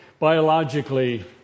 biologically